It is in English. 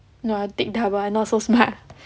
no I take double [one] I not so smart